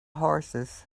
horses